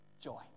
joy